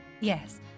Yes